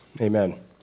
amen